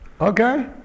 Okay